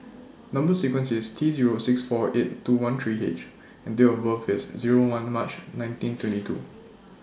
Number sequence IS T Zero six four eight two one three H and Date of birth IS Zero one March nineteen twenty two